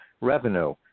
revenue